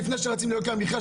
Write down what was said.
לפני שרצים על יוקר המחיה,